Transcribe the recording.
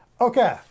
Okay